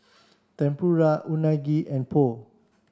Tempura Unagi and Pho